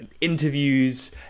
interviews